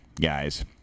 guys